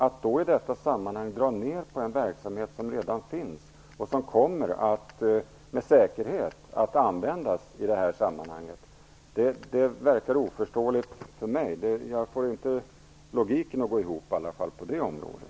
Att i detta läge då dra ned på en verksamhet som redan finns och som med säkerhet kommer att användas i detta sammanhang är oförståeligt för mig. Jag får inte logiken att gå ihop på det området.